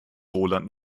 roland